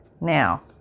Now